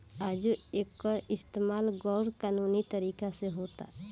आजो एकर इस्तमाल गैर कानूनी तरीका से होता